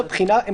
אם